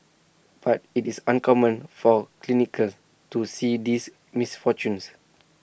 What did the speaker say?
but IT is uncommon for clinicians to see these misfortunes